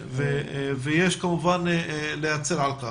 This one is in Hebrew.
ויש להצר על כך.